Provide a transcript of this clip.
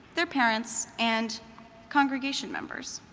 their parents, and congregation members.